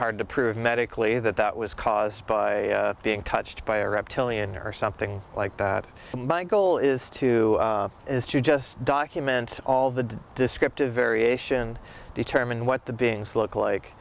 hard to prove medically that that was caused by being touched by a reptilian or something like that my goal is to is to just document all the descriptive variation determine what the beings look like